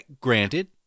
granted